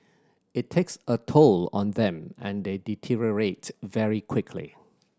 it takes a toll on them and they deteriorate very quickly